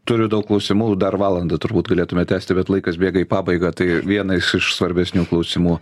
turiu daug klausimų dar valandą turbūt galėtume tęsti bet laikas bėga į pabaigą tai vienas iš svarbesnių klausimų